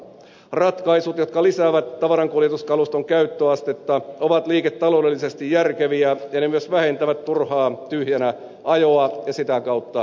ratkaisut jotka lisäävät tavarankuljetuskaluston käyttöastetta ovat liiketaloudellisesti järkeviä ja ne myös vähentävät turhaa tyhjänä ajoa ja sitä kautta päästöjä